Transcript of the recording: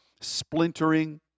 splintering